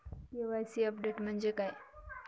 KYC update म्हणजे काय?